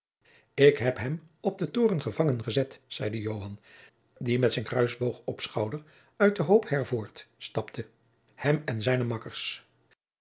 ik heb hem op den toren gevangen gezet zeide joan die met zijn kruisboog op schouder uit den hoop hervoort stapte hem en zijne makkers